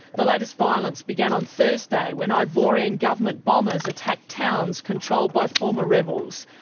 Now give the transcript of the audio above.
the latest violence began on thursday when ivorian government bombers attacked towns controlled by former rebels.